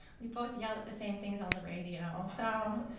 we both yell at the same things on the radio, so,